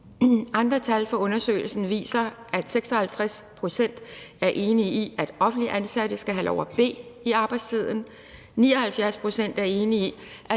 Andre tal fra undersøgelsen viser, at 56 pct. er enige i, at offentligt ansatte skal have lov til at bede i arbejdstiden. 79 pct. er enige i,